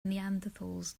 neanderthals